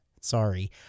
Sorry